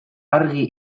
argi